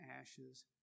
ashes